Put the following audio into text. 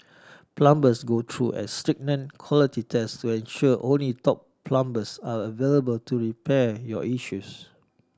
plumbers go through a stringent quality test ensure only top plumbers are available to repair your issues